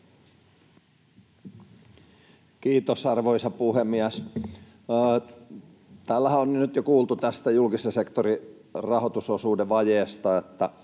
Kiitos, arvoisa puhemies! Täällähän on nyt jo kuultu tästä julkisen sektorin rahoitusosuuden vajeesta, että